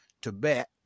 Tibet